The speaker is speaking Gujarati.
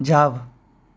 જાવ